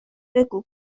بگو